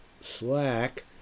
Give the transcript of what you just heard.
Slack